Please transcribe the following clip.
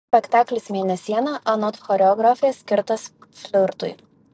spektaklis mėnesiena anot choreografės skirtas flirtui